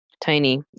tiny